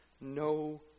no